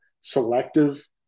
selective